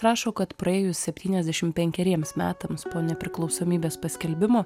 rašo kad praėjus septyniasdešim penkeriems metams po nepriklausomybės paskelbimo